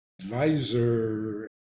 advisor